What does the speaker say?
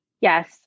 Yes